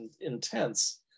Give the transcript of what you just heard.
intense